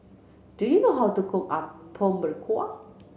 do you know how to cook Apom Berkuah